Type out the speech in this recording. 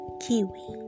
kiwi